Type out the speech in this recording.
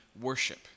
worship